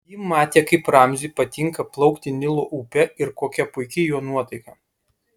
ji matė kaip ramziui patinka plaukti nilo upe ir kokia puiki jo nuotaika